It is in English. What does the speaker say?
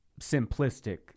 simplistic